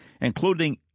including